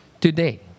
today